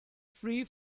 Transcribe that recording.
free